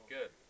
Good